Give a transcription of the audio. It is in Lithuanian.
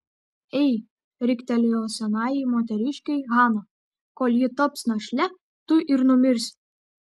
ei riktelėjo senajai moteriškei hana kol ji taps našle tu ir numirsi